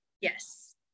Yes